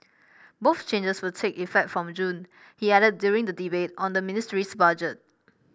both changes will take effect from June he added during the debate on the ministry's budget